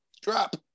Drop